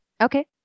Okay